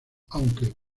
aunque